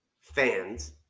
fans